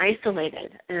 isolated